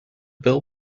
bill